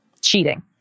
cheating